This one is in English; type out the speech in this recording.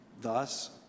Thus